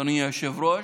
אדוני היושב-ראש,